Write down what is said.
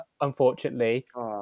unfortunately